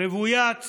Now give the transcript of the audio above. רוויית שנאות,